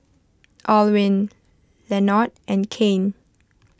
Alwine Lenord and Kane